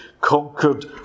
conquered